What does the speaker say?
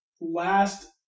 last